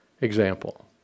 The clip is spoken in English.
example